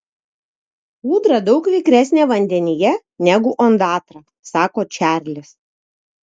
ūdra daug vikresnė vandenyje negu ondatra sako čarlis